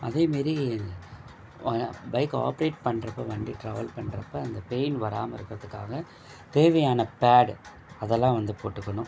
அதே மாரி பைக்கை ஆப்ரேட் பண்ணுறப்ப வண்டி ட்ராவல் பண்ணுறப்ப அந்த பெயின் வராமல் இருக்கிறத்துக்காக தேவையான பேட் அதெல்லாம் வந்து போட்டுக்கணும்